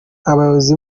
abayobozi